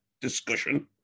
discussion